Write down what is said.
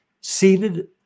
seated